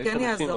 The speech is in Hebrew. זה כן יעזור,